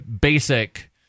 basic